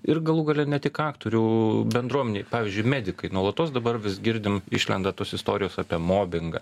ir galų gale ne tik aktorių bendruomenėj pavyzdžiui medikai nuolatos dabar vis girdim išlenda tos istorijos apie mobingą